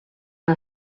una